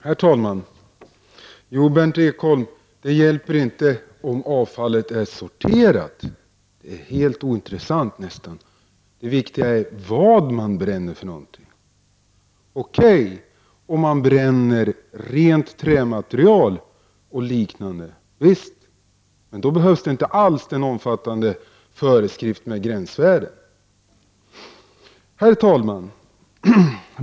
Herr talman! Jo, Berndt Ekholm, det hjälper inte om avfallet är sorterat. Det är nästan helt ointressant. Det viktiga är vad man bränner. Det är okej om man bränner rent trämaterial och liknande. Då behövs inte alls de omfattande föreskrifterna beträffande gränsvärden. Herr talman!